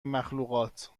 مخلوقات